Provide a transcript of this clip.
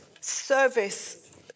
service